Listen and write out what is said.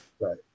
Right